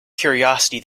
curiosity